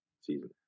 season